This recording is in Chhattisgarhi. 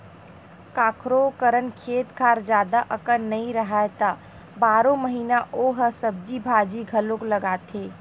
कखोरो करन खेत खार जादा अकन नइ राहय त बारो महिना ओ ह सब्जी भाजी घलोक लगाथे